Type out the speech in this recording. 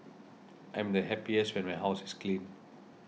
I'm happiest when my house is clean